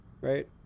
Right